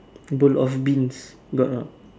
bowl of beans got or not